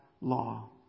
law